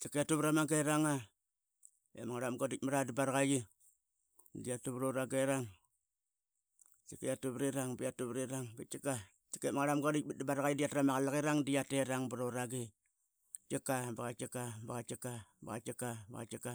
Tkika iatu prama geranga iama ngarmanga quditmat da barakaiyi, tkikiatu proragerong tkikiatu prirang, biatu prirang, biatu prirang, iama ngarmamga qadmat da barakaiyi dia trama qalakirang dia tu prora gi, tkika, bakatkika, bakatkika, bakatkika, bakatkika